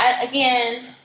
again